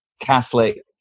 Catholic